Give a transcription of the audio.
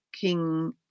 King